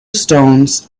stones